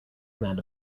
command